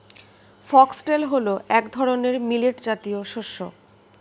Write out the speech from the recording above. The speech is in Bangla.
ফক্সটেল হল এক ধরনের মিলেট জাতীয় শস্য